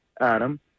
Adam